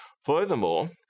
Furthermore